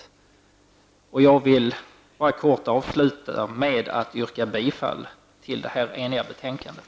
För min del vill jag helt kort avsluta med att yrka bifall till hemställan i det eniga betänkandet.